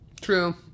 True